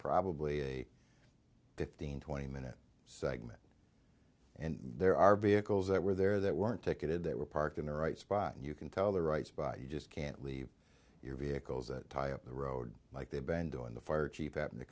probably a fifteen twenty minute segment and there are vehicles that were there that weren't ticketed that were parked in the right spot and you can tell their rights by you just can't leave your vehicles that tie up the road like they've been doing the fire chief tha